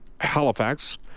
Halifax